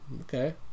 Okay